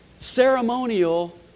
ceremonial